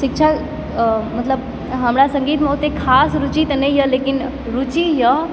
शिक्षक मतलब हमरा सङ्गीतमे ओतय खास रुचि तऽ नहिए लेकिन रुचिए